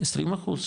20 אחוז?